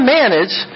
manage